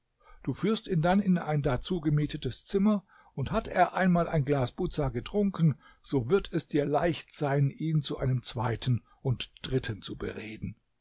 du führst ihn dann in ein dazu gemietetes zimmer und hat er einmal ein glas buza getrunken so wird es dir leicht sein ihn zu einem zweiten und dritten zu bereden